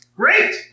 Great